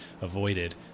avoided